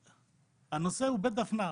הנושא הוא בית דפנה,